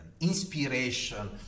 inspiration